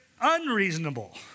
unreasonable